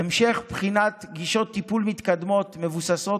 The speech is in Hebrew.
המשך בחינת גישות טיפול מתקדמות מבוססות